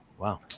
Wow